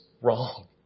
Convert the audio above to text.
wrong